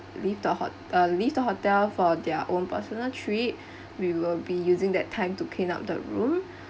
leave the ho~ uh leave the hotel for their own personal trip we will be using that time to clean up the room